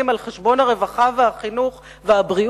לתקציב הביטחון על חשבון הרווחה והחינוך והבריאות.